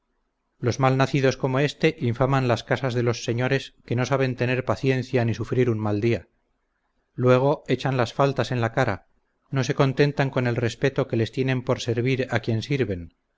los mal nacidos como éste infaman las casas de los señores que no saben tener paciencia ni sufrir un mal día luego echan las faltas en la cara no se contentan con el respeto que les tienen por servir a quien sirven